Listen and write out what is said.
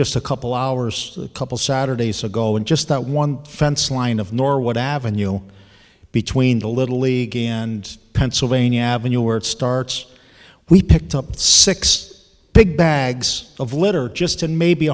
just a couple hours a couple saturdays ago and just that one fenceline of norwood avenue between the little league and pennsylvania avenue where it starts we picked up six big bags of litter just in maybe